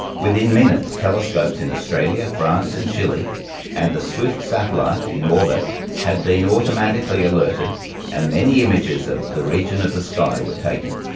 within minutes, telescopes in australia, france and chile and the swift satellite in orbit had been automatically alerted and many images of the region of the sky were taken.